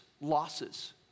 losses